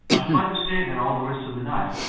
i should like to stay there all the rest of the night.